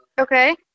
Okay